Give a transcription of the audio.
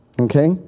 Okay